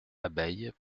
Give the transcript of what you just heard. abeille